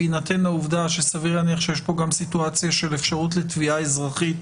בהינתן העובדה שסביר להניח שיש כאן גם סיטואציה של אפשרות לתביעה אזרחית